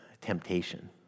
temptation